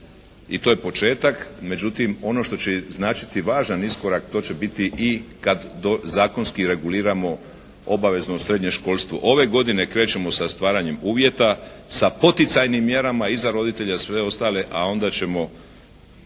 i to je početak, međutim ono što će značiti važan iskorak to će biti i kad zakonski reguliramo obavezno srednje školstvo. Ove godine krećemo sa stvaranjem uvjeta sa poticajnim mjerama i za roditelje i sve ostale, a onda ćemo